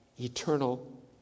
eternal